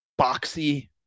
boxy